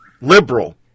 liberal